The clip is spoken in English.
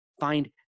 find